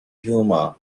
humour